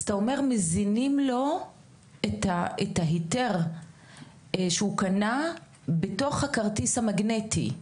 אז אתה אומר מזינים לו את ההיתר שהוא קנה בתוך הכרטיס המגנטי.